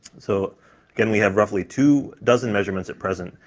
so again, we have roughly two dozen measurements at present,